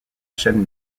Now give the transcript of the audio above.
chaîne